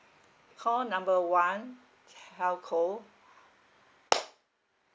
call number one telco